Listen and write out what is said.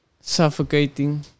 suffocating